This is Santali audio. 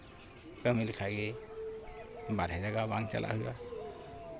ᱠᱟᱹᱢᱤ ᱞᱮᱠᱷᱟᱡ ᱜᱮ ᱵᱟᱦᱨᱮ ᱡᱟᱭᱜᱟ ᱵᱟᱝ ᱪᱟᱞᱟᱜ ᱦᱩᱭᱩᱜᱼᱟ